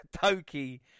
Toki